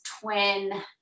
twin